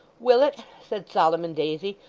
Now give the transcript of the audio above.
willet, said solomon daisy,